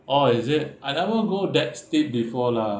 oh is it I never go that steep before lah